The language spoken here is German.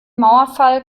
mauerfall